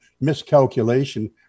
miscalculation